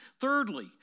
Thirdly